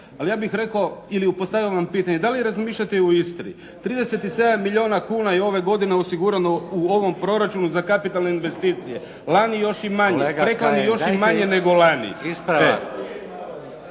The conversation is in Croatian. Ali ja bih rekao ili postavio vam pitanje, da li razmišljate i o Istri? 37 milijuna kuna je ove godine osigurano u ovom proračunu za kapitalne investicije, lani još i manje. …/Upadica: Kolega Kajin,